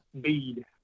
Bead